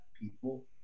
people